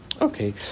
Okay